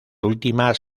últimas